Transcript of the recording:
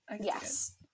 Yes